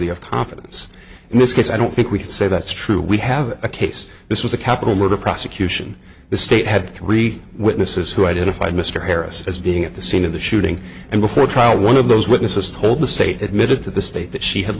of confidence in this case i don't think we can say that's true we have a case this was a capital murder prosecution the state had three witnesses who identified mr harris as being at the scene of the shooting and before trial one of those witnesses told the state admitted to the state that she had